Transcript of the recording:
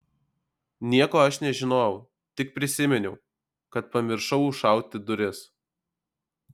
nieko aš nežinojau tik prisiminiau kad pamiršau užšauti duris